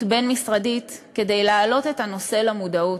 בין-משרדית כדי להעלות את הנושא למודעות.